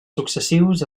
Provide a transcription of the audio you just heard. successius